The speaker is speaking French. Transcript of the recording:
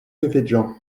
devedjian